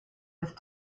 with